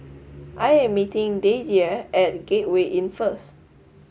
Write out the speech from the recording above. I am meeting Daisye at Gateway Inn first